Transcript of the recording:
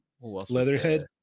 Leatherhead